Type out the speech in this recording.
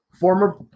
former